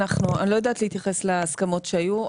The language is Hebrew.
אני לא יודעת להתייחס להסכמות שהיו,